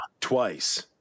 twice